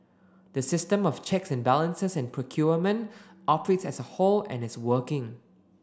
the system of checks and balances in procurement operates as a whole and is working